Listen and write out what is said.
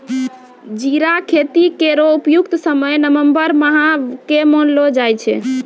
जीरा खेती केरो उपयुक्त समय नवम्बर माह क मानलो जाय छै